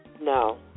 No